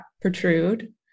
protrude